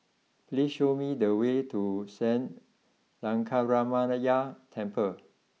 please show me the way to Sri Lankaramaya Temple